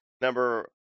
number